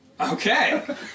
Okay